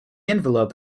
envelope